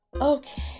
Okay